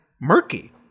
murky